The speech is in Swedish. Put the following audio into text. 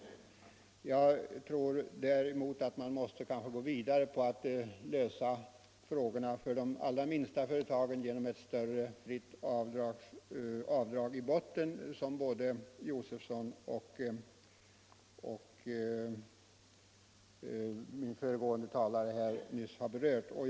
Däremot tror jag att man kanske måste gå vidare och förbättra situationen för de allra minsta företagen genom ett större avdrag i botten, som de båda talarna före mig, herr Josefson och herr Mundebo, också framhållit.